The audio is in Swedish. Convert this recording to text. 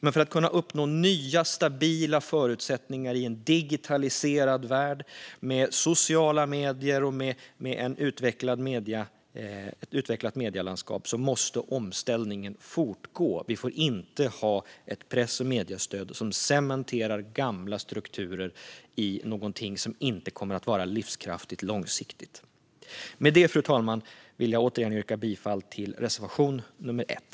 Men för att kunna uppnå nya, stabila förutsättningar i en digitaliserad värld med sociala medier och ett utvecklat medielandskap måste omställningen fortgå. Vi får inte ha ett press och mediestöd som cementerar gamla strukturer i något som inte kommer att vara livskraftigt på lång sikt. Fru talman! Med det vill jag återigen yrka bifall till reservation nummer 1.